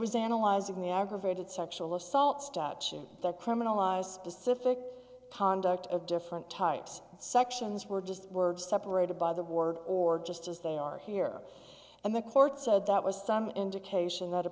was analyzing the aggravated sexual assault statute that criminalize specific pondok of different types sections were just words separated by the word or just as they are here and the court said that was some indication that a